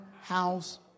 house